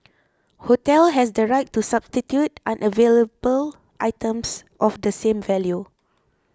hotel has the right to substitute unavailable items of the same value